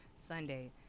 sunday